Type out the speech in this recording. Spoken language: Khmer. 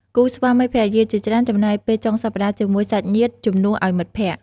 គូស្វាមីភរិយាជាច្រើនចំណាយពេលចុងសប្តាហ៍ជាមួយសាច់ញាតិ ជំនួសឲ្យមិត្តភក្តិ។